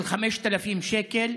של 5,000 שקל,